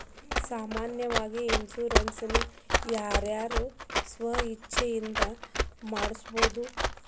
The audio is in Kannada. ಸಾಮಾನ್ಯಾವಾಗಿ ಇನ್ಸುರೆನ್ಸ್ ನ ಯಾರ್ ಯಾರ್ ಸ್ವ ಇಛ್ಛೆಇಂದಾ ಮಾಡ್ಸಬೊದು?